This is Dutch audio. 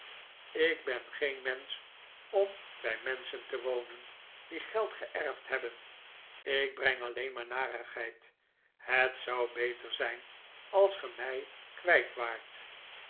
ik ben geen mensch om bij menschen te wonen die geld geerfd hebben ik breng alleen maar narigheid het zou beter zijn als ge mij kwijt waart